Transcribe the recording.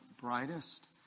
brightest